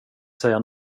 säga